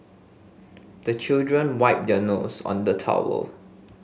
the children wipe their nose on the towel